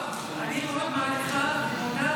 כבודו, אני מאוד מעריכה ומודה.